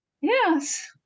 Yes